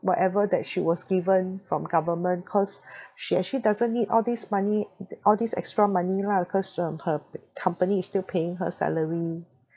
whatever that she was given from government cause she actually doesn't need all these money all these extra money lah cause um her pa~ company is still paying her salary